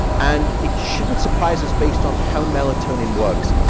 and it shouldn't surprise us based on how melatonin works.